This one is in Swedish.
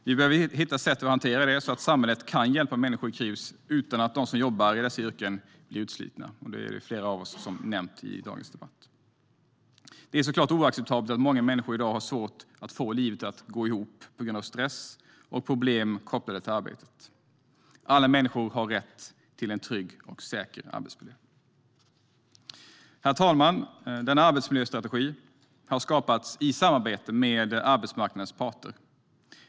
Vi behöver hitta sätt att hantera detta så att samhället kan hjälpa människor i kris utan att de som jobbar i dessa yrken blir utslitna, som flera har nämnt i dagens debatt. Det är oacceptabelt att många människor i dag har svårt att få livet att gå ihop på grund av stress och problem kopplade till arbetet. Alla människor har rätt till en trygg och säker arbetsmiljö. Herr talman! Arbetsmiljöstrategin har skapats i samarbete med arbetsmarknadens parter.